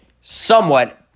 somewhat